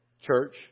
church